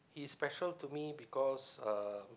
he's special to me because uh